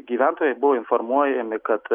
gyventojai buvo informuojami kad